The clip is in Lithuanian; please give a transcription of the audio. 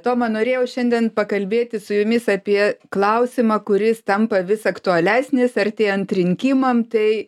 toma norėjau šiandien pakalbėti su jumis apie klausimą kuris tampa vis aktualesnis artėjant rinkimam tai